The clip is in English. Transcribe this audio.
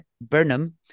Burnham